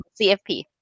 CFP